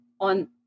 on